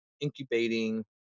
incubating